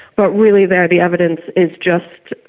but really there the evidence is just,